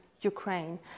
Ukraine